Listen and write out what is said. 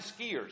skiers